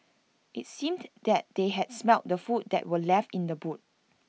IT seemed that they had smelt the food that were left in the boot